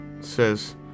says